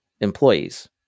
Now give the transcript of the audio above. employees